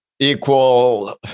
Equal